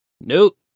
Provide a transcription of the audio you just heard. Nope